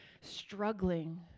struggling